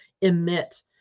emit